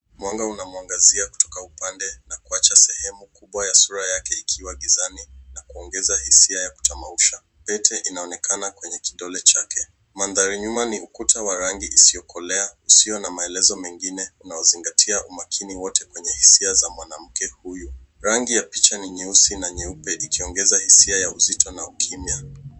Mwanga unamuangazia kutoka upande wa sehemu kubwa ya sura yake ikiwa gizani na kuongeza hisia ya kutamausha. Pete inaonekana kwenye kidole chake. Mandhari nyuma ni ukuta usiokolea usio na maelezo mengine na kuzingatia umakini wote wa hisia za mwanamke huyu. Rangi ya picha ni nyeusi na nyeupe ikiongeza hisia ya uzito na ukimia.